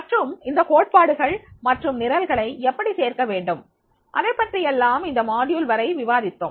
மற்றும் இந்த கோட்பாடுகள் மற்றும் நிரல்களை எப்படி சேர்க்க வேண்டும் இதைப்பற்றி எல்லாம் இந்த தொகுதி வரை விவாதித்தோம்